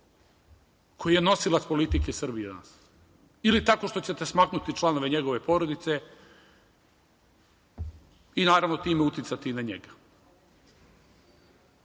koji je nosilac politike Srbije danas ili tako što ćete smaknuti članove njegove porodice i naravno time uticati i na njega.